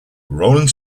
rolling